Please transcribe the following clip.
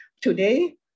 Today